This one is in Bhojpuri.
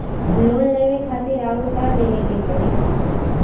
लोन लेवे खातिर अउर का देवे के पड़ी?